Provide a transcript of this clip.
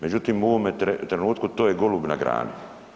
Međutim, u ovome trenutku to je golub na grani.